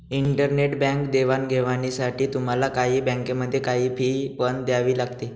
internet bank देवाणघेवाणीसाठी तुम्हाला काही बँकांमध्ये, काही फी पण द्यावी लागते